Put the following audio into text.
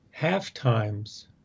Halftimes